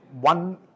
one